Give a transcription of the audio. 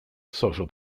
social